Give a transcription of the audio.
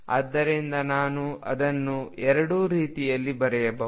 ಆದ್ದರಿಂದ ನಾನು ಅದನ್ನು ಎರಡೂ ರೀತಿಯಲ್ಲಿ ಬರೆಯಬಹುದು